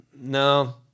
No